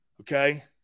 okay